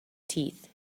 teeth